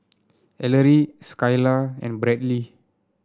Ellery Skylar and Bradley